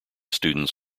students